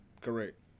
Correct